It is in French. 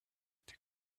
été